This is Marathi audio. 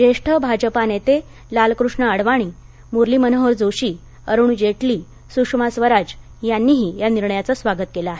ज्येष्ठ भाजपा नेते लालकृष्ण अडवाणी मुरली मनोहर जोशी अरुण जेटली सुषमा स्वराज यांनीही या निर्णयाचं स्वागत केलं आहे